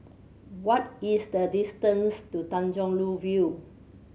what is the distance to Tanjong Rhu View